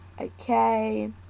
Okay